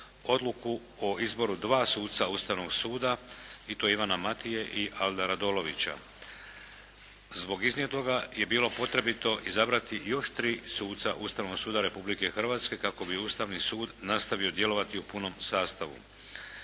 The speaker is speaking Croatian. odluku o izboru dva suca Ustavnog suda i to Ivana Matije i Alda Radolovića. Zbog iznijetoga je bilo potrebito izabrati još 3 suca Ustavnog suda Republike Hrvatske kako bi Ustavni sud nastavio djelovati u punom sastavu.